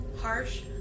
Harsh